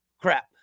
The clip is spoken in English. crap